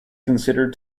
considered